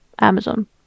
Amazon